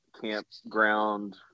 campground